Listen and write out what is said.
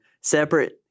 separate